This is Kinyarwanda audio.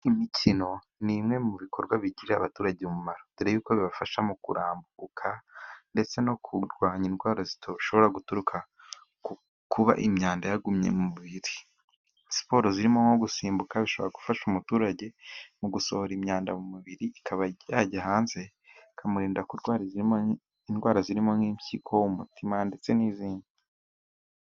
Imikino ni imwe mu bikorwa bigirira abaturage umumaro, dore ko bibafasha mu kurambuka, ndetse no kurwanya indwara zishobora guturuka ku kuba imyanda yagumye mu mubiri. Siporo zirimo nko gusimbuka zishobora gufasha umuturage mu gusohora imyanda mu mubiri, ikaba yajya hanze ikamurinda kurwara indwara zirimo: nk'impyiko ,umutima ndetse n'izindi.